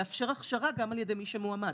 לאפשר הכשרה גם על ידי מי שמועמד.